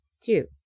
Two